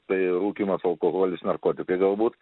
tai rūkymas alkoholis narkotikai galbūt